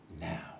now